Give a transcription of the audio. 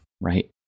right